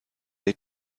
they